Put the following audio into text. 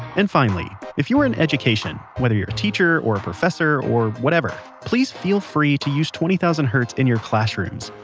and finally, if you're in education, whether you're a teacher or professor or whatever please feel free to use twenty thousand hertz in your classrooms!